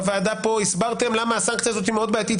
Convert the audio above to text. בוועדה פה הסברתם למה הסנקציה הזאת היא מאוד בעייתית,